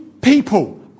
People